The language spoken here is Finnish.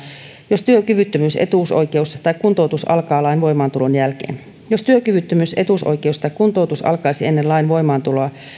jos työkyvyttömyys etuusoikeus tai kuntoutus alkaa lain voimaantulon jälkeen jos työkyvyttömyys etuusoikeus tai kuntoutus alkaisi ennen lain voimaantuloa